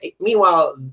Meanwhile